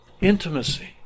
intimacy